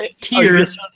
Tears